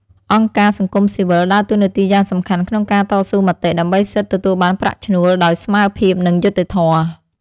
អង្គការសង្គមស៊ីវិលដើរតួនាទីយ៉ាងសំខាន់ក្នុងការតស៊ូមតិ ដើម្បីសិទ្ធិទទួលបានប្រាក់ឈ្នួលដោយស្មើភាពនិងយុត្តិធម៌។